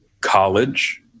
college